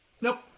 Nope